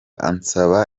ansaba